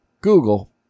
Google